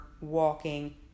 walking